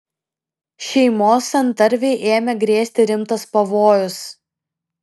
šeimos santarvei ėmė grėsti rimtas pavojus